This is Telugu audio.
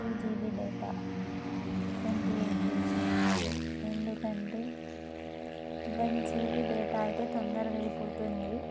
two GB data twenty eight days వస్తుంది ఎందుకంటే వన్ జీబీ డేటా అయితే తొందరగా అయిపోతుంది